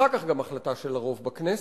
אחר כך גם החלטה של הרוב בכנסת,